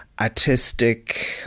Artistic